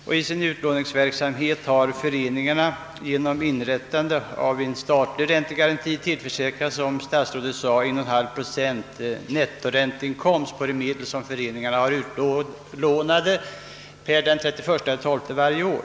Vid sin utlåningsverksamhet har föreningarna genom inrättande av en statlig räntegaranti tillförsäkrats — som statsrådet nämnde — 1,5 procent nettoränteinkomst garanterat av staten på de medel som föreningen har utlånade den 31 december varje år.